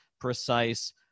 precise